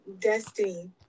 Destiny